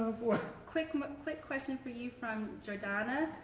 quick um quick question for you from jordana